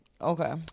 Okay